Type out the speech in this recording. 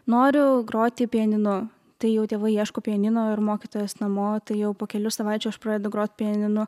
noriu groti pianinu tai jau tėvai ieško pianino ir mokytojos namo tai jau po kelių savaičių aš pradedu grot pianinu